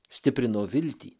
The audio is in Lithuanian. stiprino viltį